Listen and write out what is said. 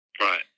Right